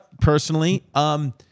personally